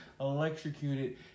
electrocuted